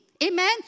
Amen